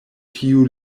tiu